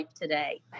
today